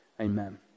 amen